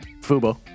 Fubo